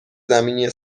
زمینی